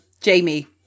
Jamie